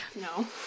no